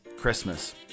Christmas